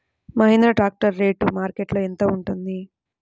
Mahindra tractor rate మార్కెట్లో యెంత ఉంటుంది?